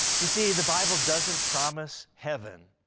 you see, the bible doesn't promise heaven.